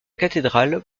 cathédrale